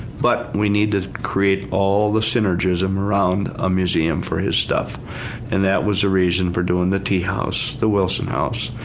but we need to create all the synergism around a museum for his stuff and that was the reason for doing the tea house, the willson house,